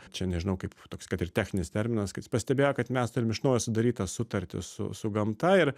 čia nežinau kaip toks kad ir techninis terminas kad jis pastebėjo kad mes turim iš naujo sudaryt tą sutartį su su gamta ir